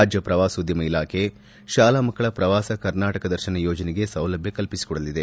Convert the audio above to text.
ರಾಜ್ಯ ಪ್ರವಾಸೋದ್ಧಮ ಇಲಾಖೆ ಶಾಲಾ ಮಕ್ಕಳ ಪ್ರವಾಸ ಕರ್ನಾಟಕ ದರ್ಶನ ಯೋಜನೆಗೆ ಸೌಲಭ್ಯ ಕಲ್ಪಿಸಿಕೊಡಲದೆ